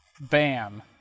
Bam